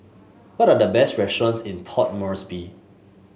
what are the best restaurants in Port Moresby